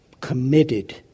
committed